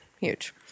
Huge